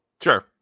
Sure